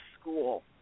school